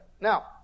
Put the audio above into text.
Now